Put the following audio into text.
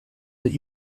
that